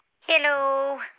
Hello